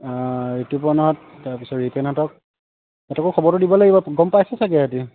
অঁ ঋতুপৰ্ণহঁত তাৰ পিছত ৰিপেনহঁতক তইয়ো খবৰটো দিব লাগিব গম পাইছে চাগৈ সিহঁতি